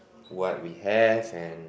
what we have and